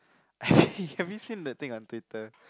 have you seen that thing on Twitter